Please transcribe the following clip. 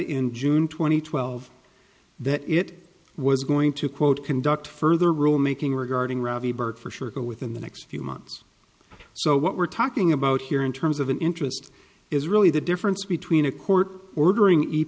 and twelve that it was going to quote conduct further rulemaking regarding ravi berg for sure to within the next few months so what we're talking about here in terms of an interest is really the difference between a court ordering e